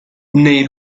nei